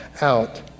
out